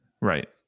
Right